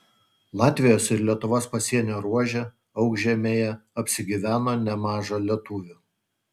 latvijos ir lietuvos pasienio ruože aukšžemėje apsigyveno nemaža lietuvių